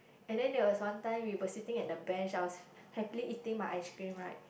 and then there was one time we were sitting at the bench I was happily eating my ice cream right